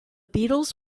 beatles